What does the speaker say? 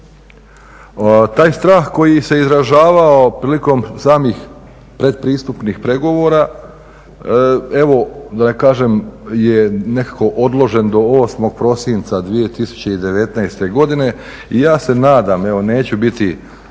Taj strah koji se izražavao prilikom samih pretpristupnih pregovora evo da ne kažem je nekako odložen do 8. prosinca 2019. godine i ja se nadam, evo neću biti